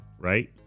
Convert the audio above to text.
right